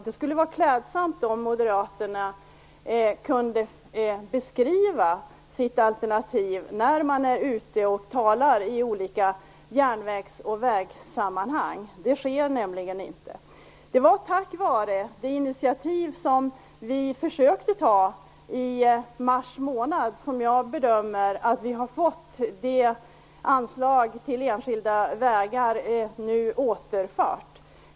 Det skulle vara klädsamt om Moderaterna kunde beskriva sitt alternativ när de är ute och talar i olika järnvägs och vägsammanhang. Det sker nämligen inte. Jag bedömer att det var tack vare det initiativ som vi försökte ta i mars månad som vi har fått anslaget till enskilda vägar återfört.